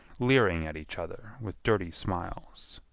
leering at each other with dirty smiles.